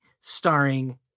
starring